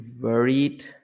worried